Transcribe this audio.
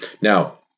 Now